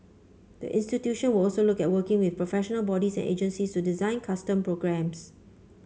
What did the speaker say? the institution were also look at working with professional bodies and agencies to design custom programmes